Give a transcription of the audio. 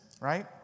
right